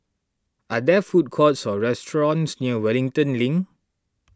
are there food courts or restaurants near Wellington Link